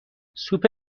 سوپ